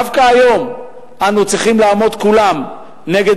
דווקא היום אנו צריכים לעמוד כולם נגד